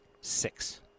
six